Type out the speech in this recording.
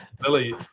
Billy